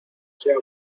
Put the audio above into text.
sea